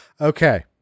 Okay